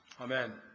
amen